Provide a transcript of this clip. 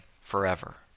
forever